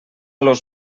los